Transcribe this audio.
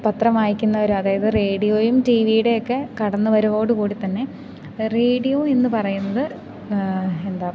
പത്രം വായിക്കുന്നവർ അതായത് റേഡിയോയും ടീ വിയുടെയൊക്കെ കടന്നവരോടു കൂടി തന്നെ റേഡിയോ എന്നു പറയുന്നത് എന്താ